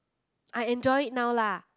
I enjoy now lah